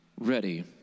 ready